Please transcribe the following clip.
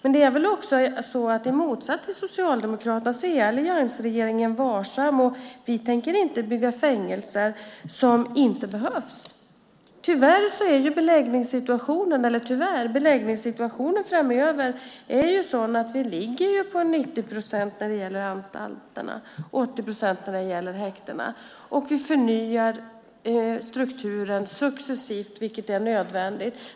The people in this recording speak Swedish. I motsats till Socialdemokraterna är alliansregeringen varsam. Vi tänker inte bygga fängelser som inte behövs. Beläggningssituationen framöver är sådan att vi ligger på 90 procent för anstalterna och 80 procent för häktena. Vi förnyar strukturen successivt, vilket är nödvändigt.